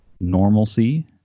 normalcy